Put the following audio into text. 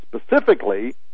specifically